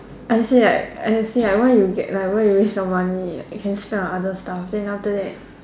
I said right I say like why you get like why you waste your money can spend on other stuff then after that